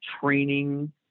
training